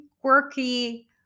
quirky